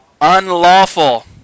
Unlawful